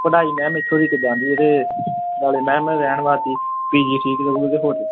ਪੜ੍ਹਾਈ ਮੈਮ ਇੱਥੋਂ ਦੀ ਕਿੱਦਾਂ ਦੀ ਅਤੇ ਨਾਲੇ ਮੈਮ ਰਹਿਣ ਵਾਸਤੇ ਪੀ ਜੀ ਠੀਕ ਰਹੂਗਾ ਕਿ ਹੋਟਲ